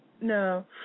No